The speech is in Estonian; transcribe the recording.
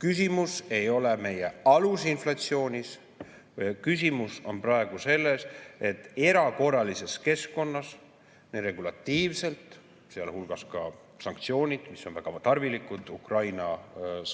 küsimus ei ole meie alusinflatsioonis. Küsimus on praegu selles, et erakorralises keskkonnas [regulatsioonid], sealhulgas ka sanktsioonid, mis on väga tarvilikud Ukraina